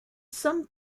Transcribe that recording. some